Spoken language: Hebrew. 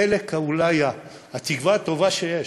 החלק שהוא אולי התקווה הטובה שיש: